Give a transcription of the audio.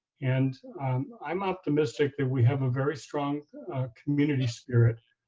and i'm optimistic that we have a very strong community spirit